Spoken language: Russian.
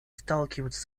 сталкиваются